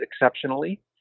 exceptionally